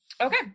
okay